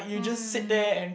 mm